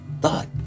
thought